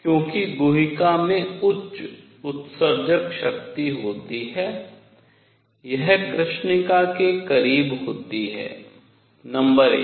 क्योंकि गुहिका में उच्च उत्सर्जक शक्ति होती है यह कृष्णिका के करीब होती है नंबर 1